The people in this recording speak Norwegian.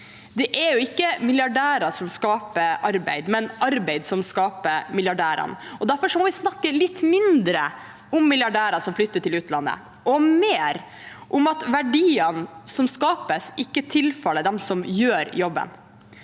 Det er jo ikke milliardærer som skaper arbeid, men arbeid som skaper milliardærene, og derfor må vi snakke litt mindre om milliardærer som flytter til utlandet, og mer om at verdiene som skapes, ikke tilfaller dem som gjør jobben.